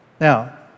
Now